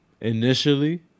Initially